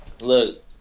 Look